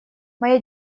моя